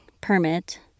permit